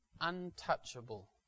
untouchable